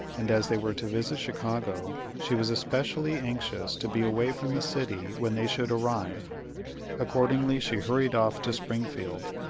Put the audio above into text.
and as they were to visit chicago, she was especially anxious to be away from the city when they should arrive accordingly she hurried off to springfield,